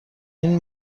این